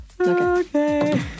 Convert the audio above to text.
Okay